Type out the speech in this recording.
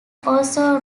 also